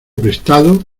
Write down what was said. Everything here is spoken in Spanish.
prestado